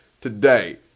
today